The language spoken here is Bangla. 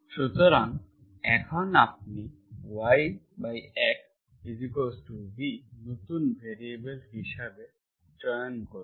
সুতরাং এখন আপনি YXv নতুন ভ্যারিয়েবল হিসেবে চয়ন করুন